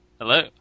Hello